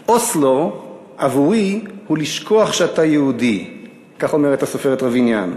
"'אוסלו' עבורי הוא לשכוח שאתה יהודי"; כך אומרת הסופרת רביניאן.